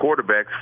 quarterbacks